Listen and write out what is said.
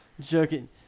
Joking